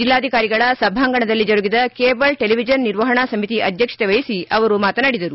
ಜಿಲ್ಲಾಧಿಕಾರಿಗಳ ಸಭಾಂಗಣದಲ್ಲಿ ಜರುಗಿದ ಕೇಬಲ್ ಟೆಲಿವಿಜನ್ ನಿರ್ವಹಣಾ ಸಮಿತಿ ಅಧ್ಯಕ್ಷತೆ ವಹಿಸಿ ಅವರು ಮಾತನಾಡಿದರು